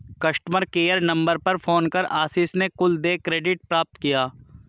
customer care number पर phone कर आशीष ने कुल देय क्रेडिट प्राप्त किया